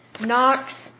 Knox